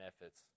efforts